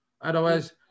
Otherwise